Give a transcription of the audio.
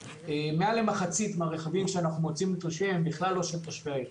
מעל למחצית מן הרכבים שאנחנו מוצאים נטושים הם בכלל לא של תושבי העיר,